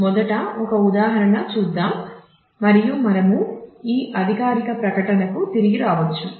మొదట ఒక ఉదాహరణ చూద్దాం మరియు మనము ఈ అధికారిక ప్రకటనకు తిరిగి రావచ్చు